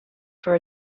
for